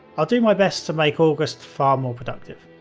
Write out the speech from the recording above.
i'll do my best to make august far more productive.